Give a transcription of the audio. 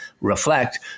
reflect